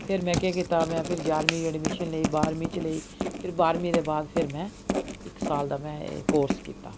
फ्ही में केह् कीता में फ्ही ञाह्रमीं च एडमिशन लेई बाह्ऱमीं च लेई फ्ही बाह्ऱमीं दे बाद फ्ही में इक साल दा में एह् कोर्स कीता